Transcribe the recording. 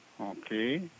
Okay